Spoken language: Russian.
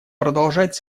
продолжать